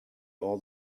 all